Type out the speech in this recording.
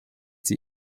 sie